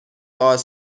are